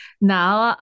now